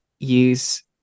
use